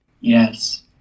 Yes